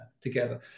together